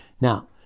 Now